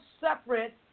separate